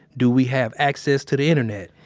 do we have access to the internet?